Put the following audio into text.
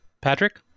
Patrick